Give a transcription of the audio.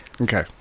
Okay